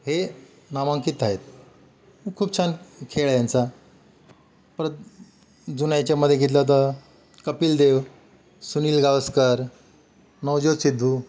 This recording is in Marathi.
हे नामांकित आहेत खूप छान खेळ आहे यांचा परत जुन्या याच्यामध्ये घेतलं तर कपिल देव सुनील गावस्कर नवजोत सिद्धू